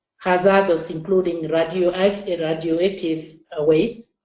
hazardous including radioactive radioactive ah waste